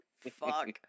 Fuck